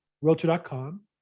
Realtor.com